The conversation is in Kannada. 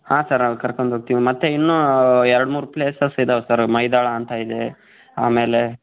ಹಾಂ ಸರ್ ಅಲ್ಲಿ ಕರ್ಕೊಂಡೋಗ್ತಿವಿ ಮತ್ತು ಇನ್ನೂ ಎರಡು ಮೂರು ಪ್ಲೇಸಸ್ ಇದಾವೆ ಸರ್ ಮೈದಾಳ ಅಂತ ಇದೆ ಆಮೇಲೆ